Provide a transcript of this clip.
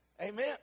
Amen